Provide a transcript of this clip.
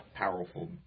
Powerful